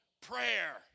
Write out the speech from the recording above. prayer